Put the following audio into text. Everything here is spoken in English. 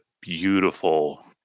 beautiful